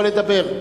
יכול לדבר.